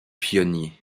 pionniers